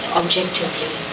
objectively